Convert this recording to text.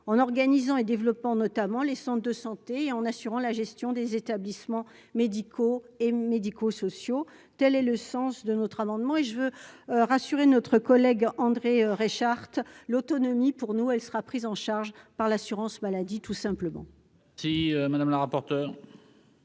en organisant et développement notamment les de santé et en assurant la gestion des établissements médicaux et médico-sociaux tels et le sens de notre amendement et je veux rassurer notre collègue André Reichardt, l'autonomie, pour nous, elle sera prise en charge par l'assurance maladie, tout simplement. Si Madame la rapporteure.